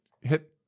hit